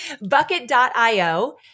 Bucket.io